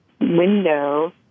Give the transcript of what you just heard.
window